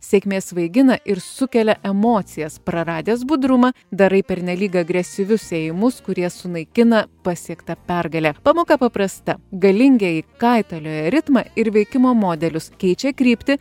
sėkmė svaigina ir sukelia emocijas praradęs budrumą darai pernelyg agresyvius ėjimus kurie sunaikina pasiektą pergalę pamoka paprasta galingieji kaitalioja ritmą ir veikimo modelius keičia kryptį